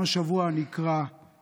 גם השבוע אציין,